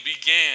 began